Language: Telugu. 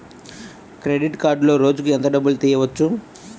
క్రెడిట్ కార్డులో రోజుకు ఎంత డబ్బులు తీయవచ్చు?